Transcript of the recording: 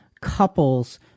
couples